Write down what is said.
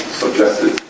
suggested